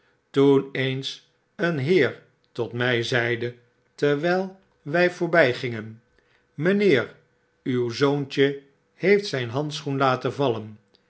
toen eens een heer tot my zeide terwyl wy voorbygingen mynheer uw zoontje heeft zijn handschoen laten vallen